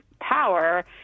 power